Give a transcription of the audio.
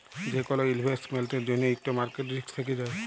যে কল ইলভেস্টমেল্টের জ্যনহে ইকট মার্কেট রিস্ক থ্যাকে যায়